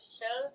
show